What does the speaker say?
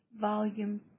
Volume